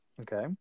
Okay